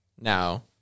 Now